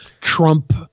Trump